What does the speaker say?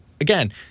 again